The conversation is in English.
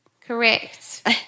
Correct